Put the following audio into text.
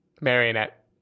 Marionette